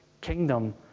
kingdom